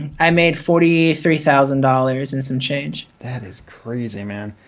i made forty three thousand dollars and some change. that is crazy man.